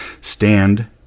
Stand